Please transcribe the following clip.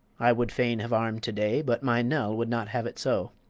i would fain have arm'd to-day, but my nell would not have it so.